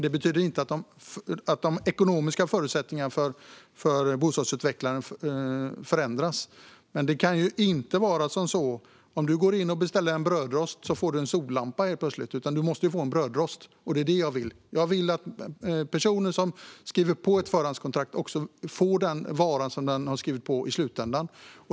Det betyder inte att de ekonomiska förutsättningarna för bostadsutvecklaren förändras. Men det kan inte vara som så att man går in och beställer en brödrost men i stället helt plötsligt får en sollampa, utan man måste då få en brödrost. Det är det jag vill. Jag vill att personer som skriver på förhandskontrakt i slutändan också får den vara de har skrivit på för.